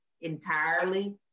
entirely